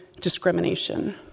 discrimination